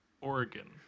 Oregon